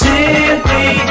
Simply